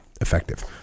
effective